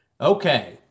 Okay